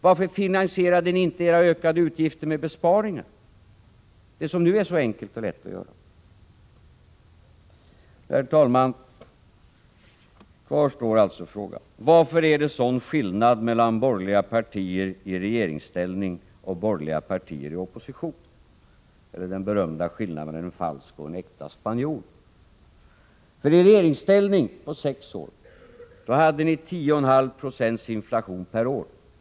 Varför finansierade ni inte era ökade utgifter med besparingar, det som ni nu säger är så enkelt och lätt att göra? Herr talman! Frågan är alltså: Varför är det en sådan skillnad mellan borgerliga partier i regeringsställning och borgerliga partier i opposition? Är det den berömda skillnaden mellan en falsk och en äkta spanjor? Under era sex år i regeringsställning hade ni 10,5 96 inflation per år.